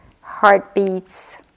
heartbeats